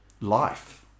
life